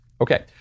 Okay